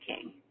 king